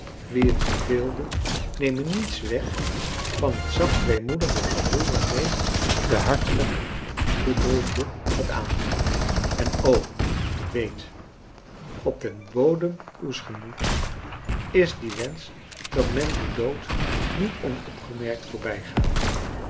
wie het verveelde nemen niets weg van het zacht weemoedig gevoel waarmee de hartelijk bedroefde het aantrekt en o ik weet op den bodem uws gemoeds is die wensch dat men uw dood niet onopgemerkt voorbijga